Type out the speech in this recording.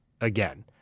again